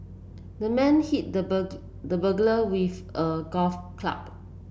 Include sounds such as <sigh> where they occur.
the man hit the <unintelligible> the burglar with a golf club